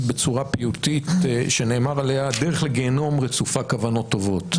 בצורה פיוטית שנאמר עליה: הדרך לגיהינום רצופה כוונות טובות.